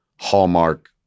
hallmark